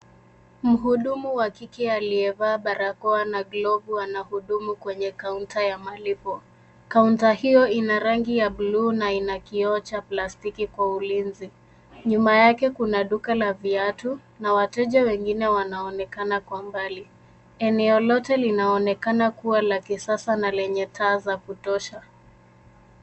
Mhudumu wa kike aliyevaa barakoa na glovu anahudumu kwenye kaunta ya malipo. Kaunta hiyo ina ranginya bluu na ina kioo cha plastiki kwa ulinzi. Nyuma yake kuna duka la viatu na wateja wengine wanaonekana kwa mbali. Eneo lote linaonekana kuwa la kisasa na lenye taa za kutosha.